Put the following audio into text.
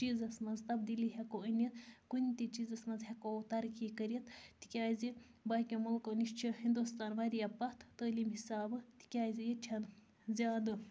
چیٖزَس منٛز تبدیٖلی ہٮ۪کَو أنِتھ کُنہِ تہِ چیٖزَس منٛز ہٮ۪کَو ترقی کٔرِتھ تِکیٛازِ باقِیَو مُلکَو نِش چھِ ہِنٛدوستان واریاہ پَتھ تعلیٖم حسابہٕ تِکیٛازِ ییٚتہِ چھِنہٕ زیادٕ